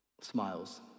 smiles